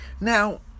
Now